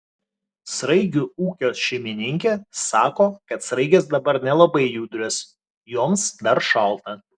sraigių ūkio šeimininkė sako kad sraigės dabar nelabai judrios joms dar šalta